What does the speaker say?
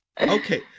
Okay